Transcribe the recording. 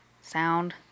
Sound